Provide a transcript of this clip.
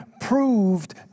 proved